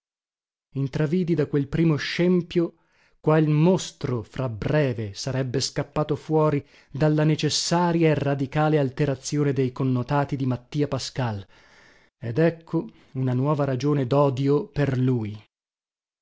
intravidi da quel primo scempio qual mostro fra breve sarebbe scappato fuori dalla necessaria e radicale alterazione dei connotati di mattia pascal ed ecco una nuova ragione dodio per lui